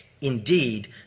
Indeed